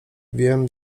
wiem